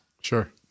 Sure